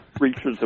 reaches